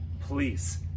please